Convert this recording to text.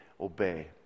obey